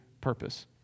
purpose